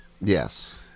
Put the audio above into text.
yes